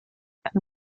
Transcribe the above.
elle